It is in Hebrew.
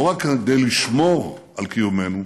לא רק כדי לשמור על קיומנו,